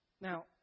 Now